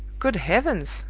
good heavens!